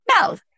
No